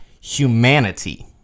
humanity